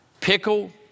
pickle